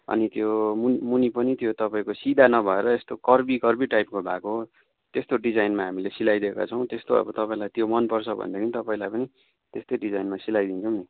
अनि त्यो मु मुनि पनि त्यो तपाईँको सिधा नभएर यस्तो कर्भि कर्भि टाइपको भएको त्यस्तो डिजाइनमा हामीले सिलाइदिएका छौँ त्यस्तो अब तपाईँलाई त्यो मनपर्छ भनेदेखि तपाईँलाई पनि त्यस्तै डिजाइनमा सिलाइदिन्छौँ नि